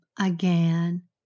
again